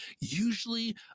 usually